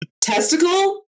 testicle